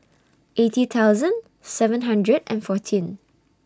eighty thousand seven hundred and fourteen